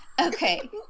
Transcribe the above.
Okay